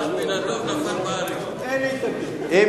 אין לי התנגדות.